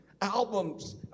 albums